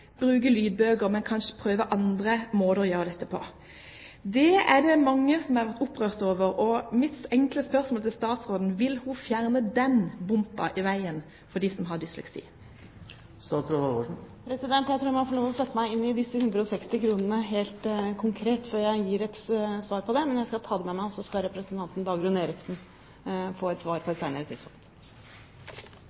bruke lydbøker, men heller prøver andre måter å gjøre dette på. Det er det mange som har vært opprørt over, og mitt enkle spørsmål til statsråden er: Vil hun fjerne den dumpen i veien for dem som har dysleksi? Jeg tror jeg må få lov til å sette meg inn i disse 160 kr helt konkret, før jeg gir et svar på det. Men jeg skal ta det med meg, og så skal representanten Dagrun Eriksen få et svar på